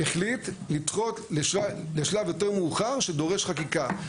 החליט לדחות לשלב יותר מאוחר, שדורש חקיקה.